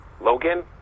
Logan